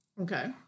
Okay